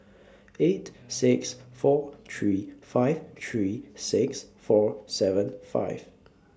eight six four three five three six four seven five